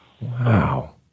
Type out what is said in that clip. Wow